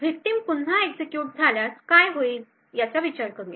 victim पुन्हा execute झाल्यास काय होईल याचा विचार करूया